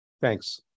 Thanks